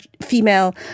female